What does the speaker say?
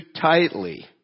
tightly